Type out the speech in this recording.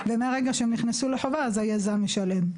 ומהרגע שהם נכנסו לחובה אז היזם משלם.